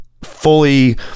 fully